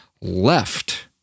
left